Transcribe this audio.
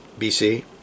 BC